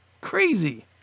Crazy